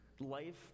life